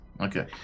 okay